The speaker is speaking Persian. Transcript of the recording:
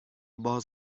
باز